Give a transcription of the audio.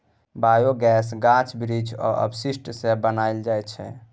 biogas गाछ बिरीछ आ अपशिष्ट सँ बनाएल जाइ छै